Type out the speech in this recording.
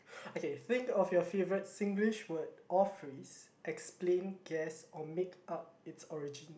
okay think of your favourite Singlish word or phrase explain guess or make up its origin